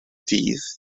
dydd